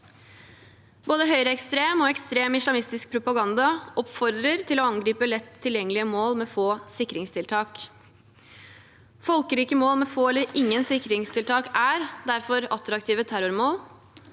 Både høyreekstrem og ekstrem islamistisk propaganda oppfordrer til å angripe lett tilgjengelige mål med få sikringstiltak. Folkerike mål med få eller ingen sikringstiltak er derfor attraktive terrormål,